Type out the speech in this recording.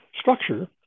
structure